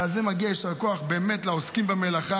ועל זה באמת מגיע יישר כוח לעוסקים במלאכה.